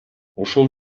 ушул